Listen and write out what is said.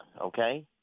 okay